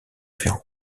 ferrand